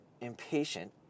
impatient